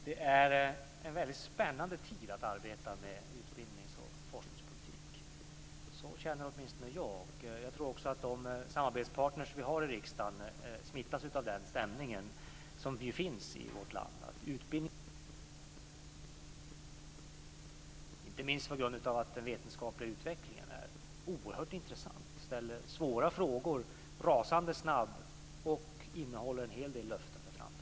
Fru talman! Det är en väldigt spännande tid att arbeta med utbildnings och forskningspolitik. Så känner åtminstone jag. Jag tror också att de samarbetspartner vi har i riksdagen smittas av den stämning som finns i vårt land av att utbildnings och forskningsfrågor får en allt större betydelse. Det beror inte minst på att den vetenskapliga utvecklingen är oerhört intressant, ställer svåra frågor rasande snabbt och innehåller en hel del löften inför framtiden.